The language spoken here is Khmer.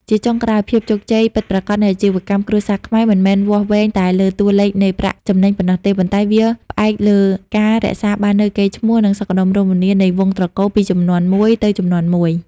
ជាចុងក្រោយ ភាពជោគជ័យពិតប្រាកដនៃអាជីវកម្មគ្រួសារខ្មែរ មិនមែនវាស់វែងតែលើតួលេខនៃប្រាក់ចំណេញប៉ុណ្ណោះទេ ប៉ុន្តែវាផ្អែកលើការរក្សាបាននូវកេរ្តិ៍ឈ្មោះ និងសុខដុមរមនានៃវង្សត្រកូលពីជំនាន់មួយទៅជំនាន់មួយ។